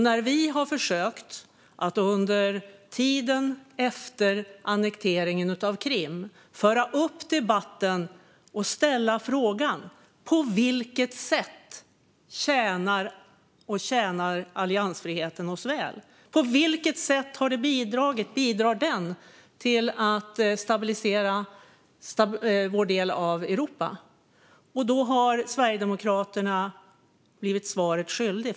När vi under tiden efter annekteringen av Krim har försökt ställa frågan på vilket sätt alliansfriheten tjänar oss väl och bidrar till att stabilisera vår del av Europa har Sverigedemokraterna blivit svaret skyldiga.